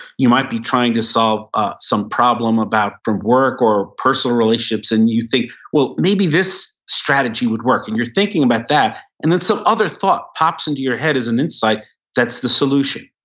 you might be trying to solve ah some problem about the work or personal relationships and you think, well maybe this strategy would work. and you're thinking about that. and then some other thought pops into your head as an insight that's the solution.